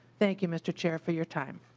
thank you mr. chair for your time.